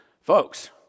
folks